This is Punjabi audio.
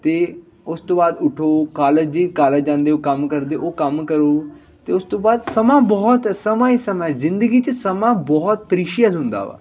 ਅਤੇ ਉਸ ਤੋਂ ਬਾਅਦ ਉਠੋ ਕਾਲਜ ਦੀ ਕਾਲਜ ਜਾਂਦੇ ਹੋ ਕੰਮ ਕਰਦੇ ਉਹ ਕੰਮ ਕਰੋ ਅਤੇ ਉਸ ਤੋਂ ਬਾਅਦ ਸਮਾਂ ਬਹੁਤ ਹੈ ਸਮਾਂ ਹੀ ਸਮਾਂ ਜ਼ਿੰਦਗੀ 'ਚ ਸਮਾਂ ਬਹੁਤ ਪਰੀਸ਼ਿਅਸ ਹੁੰਦਾ ਵਾ